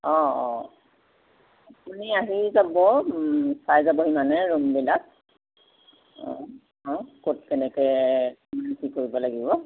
অঁ আপুনি আহি যাব চাই যাবহি মানে ৰুমবিলাক অঁ ক'ত কেনেকৈ কি কৰিব লাগিব